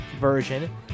version